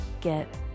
get